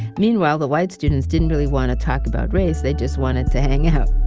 meanwhile, the white students didn't really want to talk about race they just wanted to hang out